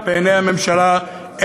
בעיני הממשלה,